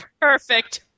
perfect